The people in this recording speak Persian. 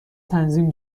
تنظیم